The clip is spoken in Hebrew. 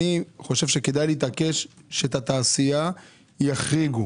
חייב להתעקש שאת התעשייה יחריגו